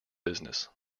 business